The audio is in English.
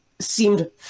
seemed